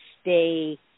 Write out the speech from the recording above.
stay